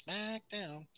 SmackDown